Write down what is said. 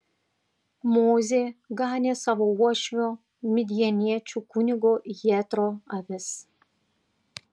mozė ganė savo uošvio midjaniečių kunigo jetro avis